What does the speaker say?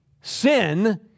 sin